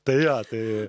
tai jo tai